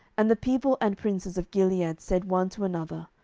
and the people and princes of gilead said one to another,